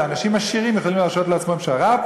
אנשים עשירים יכולים להרשות לעצמם שר"פ